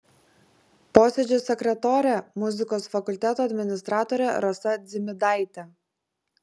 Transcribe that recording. posėdžio sekretorė muzikos fakulteto administratorė rasa dzimidaitė